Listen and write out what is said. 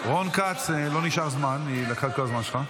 רון כץ, לא נשאר זמן, היא לקחה את כל הזמן שלך.